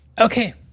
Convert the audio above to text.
Okay